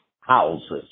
houses